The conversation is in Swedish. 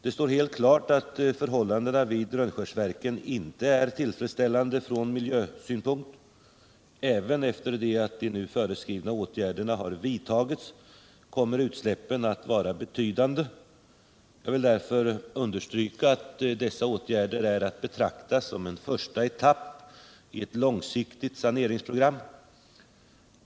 Det står helt klart att förhållandena vid Rönnskärsverken inte är tillfredsställande från miljösynpunkt. Även efter det att nu föreskrivna åtgärder har vidtagits kommer utsläppen att vara betydande. Jag vill därför understryka att dessa åtgärder är att betrakta som en första etapp i ett långsiktigt saneringsprogram.